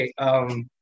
Okay